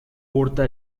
porta